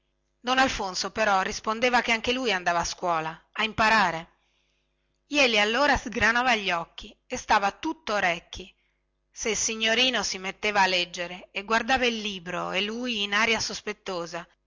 don alfonso però rispondeva che anche lui andava a scuola a imparare jeli allora sgranava gli occhi e stava tutto orecchi se il signorino si metteva a leggere e guardava il libro e lui in aria sospettosa